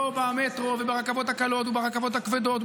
לא במטרו וברכבות הקלות וברכבות הכבדות,